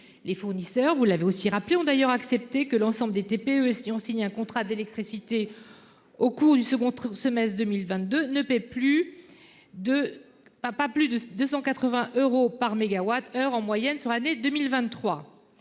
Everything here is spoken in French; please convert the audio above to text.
Les fournisseurs, vous l'avez aussi rappelé ont d'ailleurs accepté que l'ensemble des TPE et ceux qui ont signé un contrat d'électricité. Au cours du second semestre 2022 ne paie plus de papa. Plus de 280 euros par mégawattheure. En moyenne sur l'année 2023.